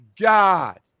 God